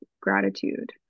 gratitude